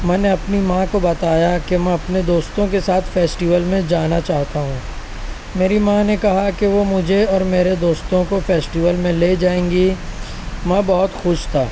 میں نے اپنی ماں کو بتایا کہ میں اپنے دوستوں کے ساتھ فیسٹیول میں جانا چاہتا ہوں میری ماں نے کہا کہ وہ مجھے اور میرے دوستوں کو فیسٹیول میں لے جائیں گی میں بہت خوش تھا